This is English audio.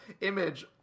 image